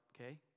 okay